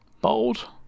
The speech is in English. Bold